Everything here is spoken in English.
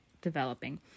developing